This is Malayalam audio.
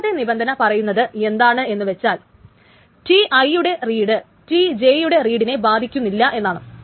രണ്ടാമത്തെ നിബന്ധന പറയുന്നത് എന്താണ് എന്ന് വെച്ചാൽ Ti യുടെ റീഡ് Tj യുടെ റൈറ്റിനെ ബാധിക്കുന്നില്ല എന്നാണ്